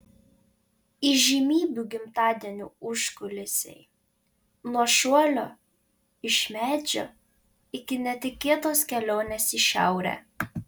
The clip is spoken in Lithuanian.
įžymybių gimtadienių užkulisiai nuo šuolio iš medžio iki netikėtos kelionės į šiaurę